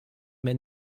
mehr